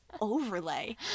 overlay